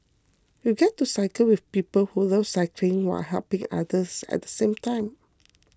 you get to cycle with people who love cycling while helping others at the same time